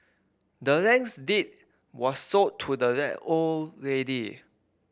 the land's deed was sold to the old lady